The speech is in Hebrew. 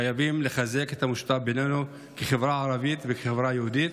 חייבים לחזק את המשותף בינינו כחברה ערבית וכחברה יהודית.